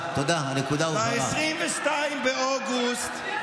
ב-22 באוגוסט,